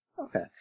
Okay